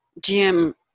gm